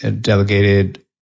delegated